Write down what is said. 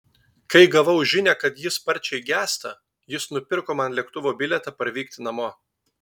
kai gavau žinią kad ji sparčiai gęsta jis nupirko man lėktuvo bilietą parvykti namo